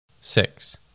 six